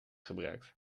gebruikt